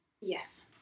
Yes